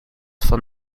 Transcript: van